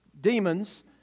demons